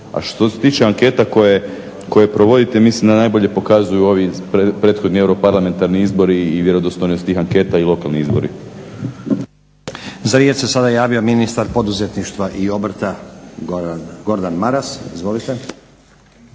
A što se tiče anketa koje provodite mislim da najbolje pokazuju prethodni europarlamentarni izbori i vjerodostojnost tih anketa i lokalni izbori. **Stazić, Nenad (SDP)** Za riječ se sada javio ministar poduzetništva i obrta Gordan Maras. Izvolite.